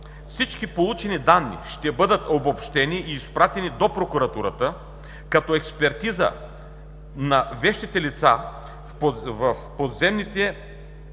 Всички получени данни ще бъдат обобщени и изпратени до прокуратурата като експертиза на вещите лица в за установяване